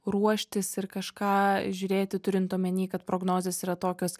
ruoštis ir kažką žiūrėti turint omeny kad prognozės yra tokios